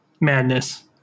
Madness